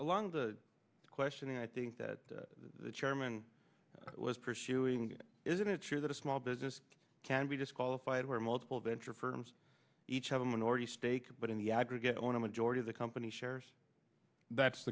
along the question i think that the chairman was pursuing isn't sure that a small business can be disqualified where multiple venture firms each have a minority stake but in the aggregate on a majority of the company shares that's